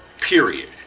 Period